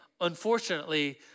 unfortunately